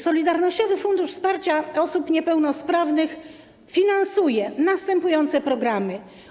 Solidarnościowy Fundusz Wsparcia Osób Niepełnosprawnych finansuje następujące programy: